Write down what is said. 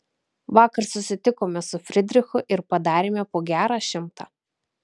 vakar susitikome su fridrichu ir padarėme po gerą šimtą